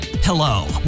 Hello